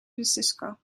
francisco